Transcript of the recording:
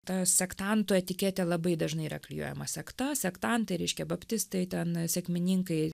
ta sektanto etiketė labai dažnai yra klijuojama sekta sektantai reiškia baptistai ten sekmininkai